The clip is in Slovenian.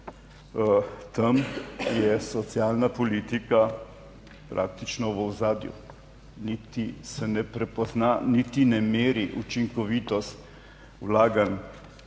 Tam je socialna politika praktično v ozadju, niti se ne prepozna niti ne meri učinkovitost vlaganj